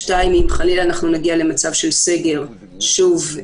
שתיים, אם חלילה נגיע למצב של סגר, שוב,